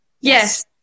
Yes